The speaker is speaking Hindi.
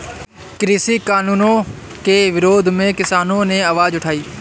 कृषि कानूनों के विरोध में किसानों ने आवाज उठाई